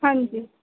हां जी